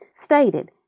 stated